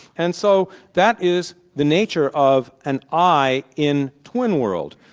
and so that is the nature of an i in twinworld.